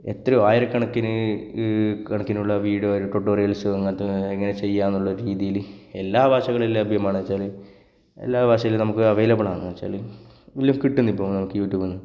എത്രയോ ആയിരക്കണക്കിനു കണക്കിനുള്ള വീഡിയോ അതിൽ ടുട്ടോറിയല്സ് അങ്ങനത്തെ എങ്ങനെ ചെയ്യുക എന്നുള്ള ഒരു രീതിയിൽ എല്ലാ ഭാഷകളിലും ലഭ്യമാണ് എന്നുവെച്ചാൽ എല്ലാ ഭാഷയിലും നമുക്ക് അവൈലബിളാണ് എന്നുവെച്ചാൽ എല്ലാം കിട്ടുന്നിപ്പോൾ നമുക്ക് യൂട്യൂബിൽ നിന്നു